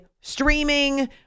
streaming